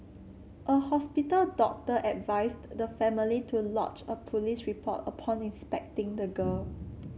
a hospital doctor advised the family to lodge a police report upon inspecting the girl